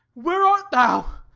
where art thou.